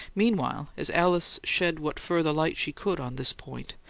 meanwhile, as alice shed what further light she could on this point,